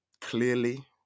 clearly